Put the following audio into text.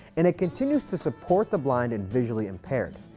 and it continues to support the blind and visually impaired,